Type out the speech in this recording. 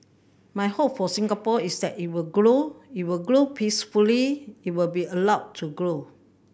my hope for Singapore is that it will grow it will grow peacefully it will be allowed to grow